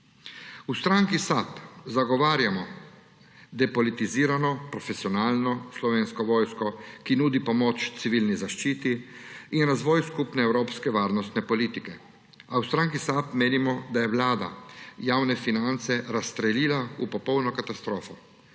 V stranki SAB zagovarjamo depolitizirano, profesionalno Slovensko vojsko, ki nudi pomoč civilni zaščiti in razvoju skupne evropske varnostne politike, a v stranki SAB menimo, da je vlada javne finance razstrelila v popolno katastrofo.